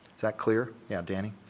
is that clear? yeah, danny?